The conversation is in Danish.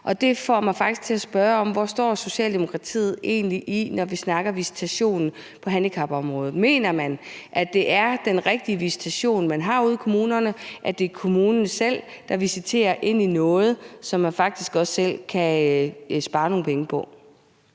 mig faktisk til at spørge: Hvor står Socialdemokratiet egentlig, når vi snakker visitation på handicapområdet? Mener man, at det er den rigtige visitation, der er ude i kommunerne, og at det er kommunen selv, der skal visitere til noget, som den faktisk også selv kan spare nogle penge på?